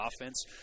offense